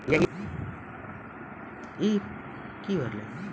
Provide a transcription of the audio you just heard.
यहि तरहो मे से एक तरह निजी निबेशो के छै